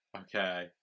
Okay